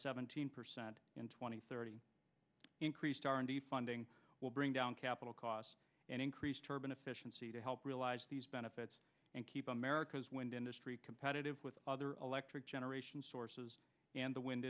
seventeen percent in two thousand and thirty increased r and d funding will bring down capital costs and increase turban efficiency to help realize these benefits and keep america's wind industry competitive with electric generation sources and the wind